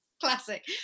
classic